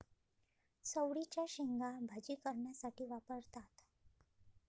चवळीच्या शेंगा भाजी करण्यासाठी वापरतात